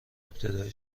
ابتدای